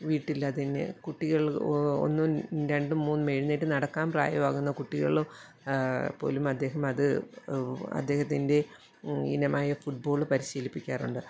വീട്ടിലതിന് കുട്ടികൾ ഒന്നും രണ്ടും മൂന്നും എഴുന്നേറ്റു നടക്കാൻ പ്രായമാകുന്ന കുട്ടികളും പോലും അദ്ദേഹം അത് അദ്ദേഹത്തിൻ്റെ ഇനമായ ഫുട്ബോൾ പരിശീലിപ്പിക്കാറുണ്ട്